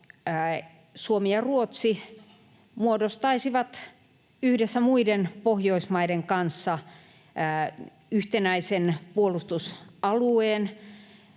Suomi ja Ruotsi muodostaisivat yhdessä muiden Pohjoismaiden kanssa yhtenäisen puolustusalueen,